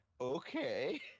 Okay